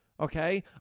Okay